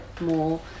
more